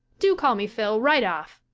do call me phil right off.